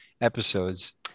episodes